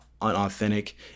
unauthentic